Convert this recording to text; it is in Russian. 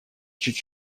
чуть